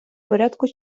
порядку